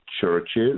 churches